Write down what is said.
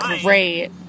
great